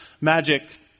magic